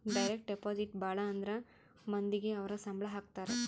direct deposit ಭಾಳ ಅಂದ್ರ ಮಂದಿಗೆ ಅವ್ರ ಸಂಬ್ಳ ಹಾಕತರೆ